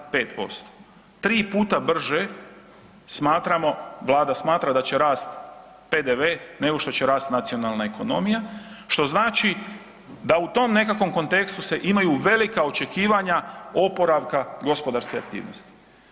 5%, tri puta brže, Vlada smatra da će rast PDV nego što će rast nacionalna ekonomija što znači da u tom nekakvom kontekstu se imaju velika očekivanja oporavka gospodarske aktivnosti.